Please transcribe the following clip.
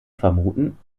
vermuten